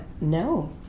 No